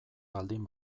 baldin